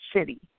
city